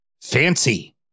Fancy